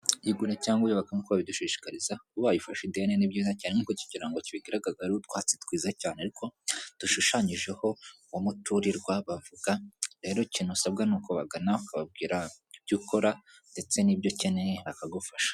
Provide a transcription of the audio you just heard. Yigure cyangwa uyubake nkuko babidushishikariza. Ubaye ufashe ideni ni byiza cyane nkuko iki kirango kibigaragaza; hariho utwatsi twiza cyane ariko, dushushanyijeho umuturirwa bavuga. Rero ikintu usabwa ni ukubagana ukababwira ibyo ukora, ndetse n'ibyo ukeneye bakagufasha.